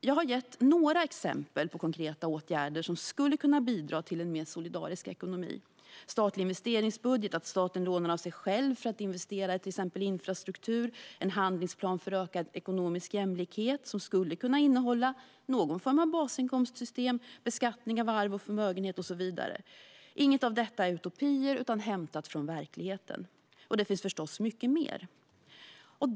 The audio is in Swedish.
Jag har gett några exempel på konkreta åtgärder som skulle kunna bidra till en mer solidarisk ekonomi. Det kan vara fråga om statlig investeringsbudget, att staten lånar av sig själv för att investera i till exempel infrastruktur, en handlingsplan för ökad ekonomisk jämlikhet som skulle kunna innehålla någon form av basinkomst och beskattning av arv och förmögenhet och så vidare. Inget av detta är utopier utan hämtat från verkligheten. Och det finns förstås mycket mer.